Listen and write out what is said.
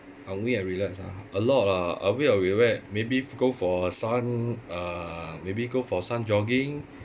a way I relax ah a lot ah a way of relax maybe go for some uh maybe go for some jogging